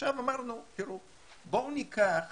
עכשיו אמרנו, תראו, בואו ניקח